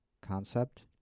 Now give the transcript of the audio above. concept